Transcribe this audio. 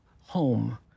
home